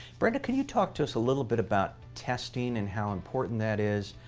brenda, could you talk to us a little bit about testing and how important that is,